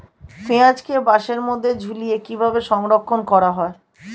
পেঁয়াজকে বাসের মধ্যে ঝুলিয়ে কিভাবে সংরক্ষণ করা হয়?